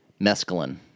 mescaline